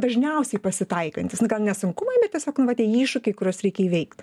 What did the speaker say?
dažniausiai pasitaikantys gal ne sunkumai bet tiesiog va tie iššūkiai kuriuos reikia įveikt